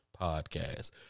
podcast